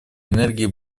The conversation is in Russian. энергии